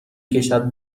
کشد